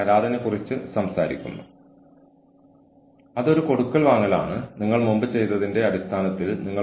കാരണം ആളുകൾക്ക് സംഘടനയോട് പ്രതിബദ്ധത തോന്നുന്നു